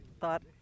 thought